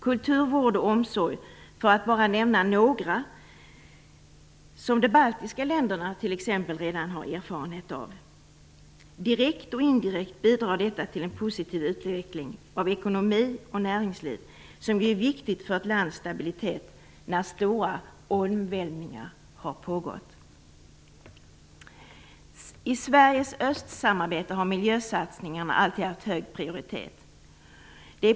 Kulturvård och omsorg, för att bara nämna några områden som t.ex. de baltiska länderna redan har erfarenhet av, bidrar direkt och indirekt till en positiv utveckling av ekonomi och näringsliv som ju är viktigt för ett lands stabilitet när stora omvälvningar pågår. I Sveriges östsamarbete har miljösatsningarna alltid haft hög prioritet.